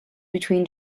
between